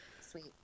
Sweet